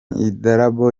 idarapo